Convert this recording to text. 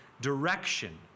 direction